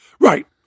Right